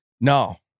No